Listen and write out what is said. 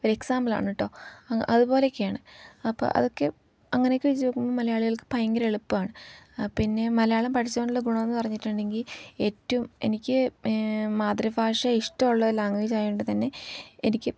ഒരു എക്സാമ്പിളാണ് കേട്ടോ അതുപോലെയൊക്കെയാണ് അപ്പം അതൊക്കെ അങ്ങനെയൊക്കെ നോക്കുമ്പോൾ മലയാളികൾക്ക് ഭയങ്കര എളുപ്പമാണ് പിന്നെ മലയാളം പഠിച്ചു കൊണ്ടുള്ള ഗുണമെന്നു പറഞ്ഞിട്ടുണ്ടെങ്കിൽ ഏറ്റവും എനിക്ക് മാതൃഭാഷ ഇഷ്ടമുള്ള ലാംഗ്വേജായതു കൊണ്ടു തന്നെ എനിക്ക്